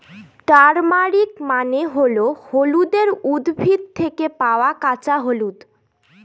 turmeric মানে হল হলুদের উদ্ভিদ থেকে পাওয়া কাঁচা হলুদ